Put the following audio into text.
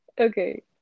okay